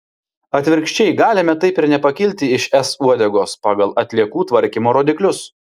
atvirkščiai galime taip ir nepakilti iš es uodegos pagal atliekų tvarkymo rodiklius